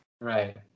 Right